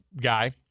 guy